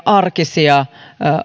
arkisia